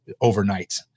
overnight